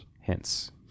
Hence